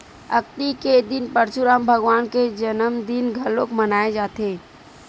अक्ती के दिन परसुराम भगवान के जनमदिन घलोक मनाए जाथे